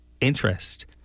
interest